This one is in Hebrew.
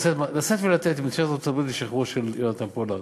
לשאת ולתת עם ממשלת ארצות-הברית על שחרורו של יונתן פולארד,